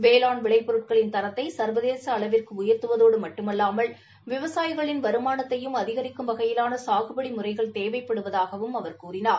வேளாண் விளைபொருட்களின் தரத்தை சர்வதேச அளவிற்கு உயர்த்துவதோடு மட்டுமல்லாமல் விவசாயிகளின் வருமானத்தையும் அதிகரிக்கும் வகையிலான சாகுபடி முறைகள் தேவைப்படுவதாகவும் அவர் கூறினார்